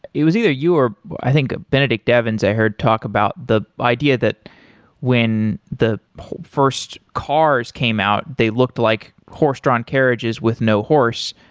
it was either you or i think benedict evans i heard talk about the idea that when the first cars came out, they looked like horse-drawn carriages with no horse.